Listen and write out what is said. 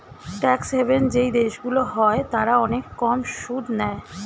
tax haven যেই দেশগুলো হয় তারা অনেক কম সুদ নেয়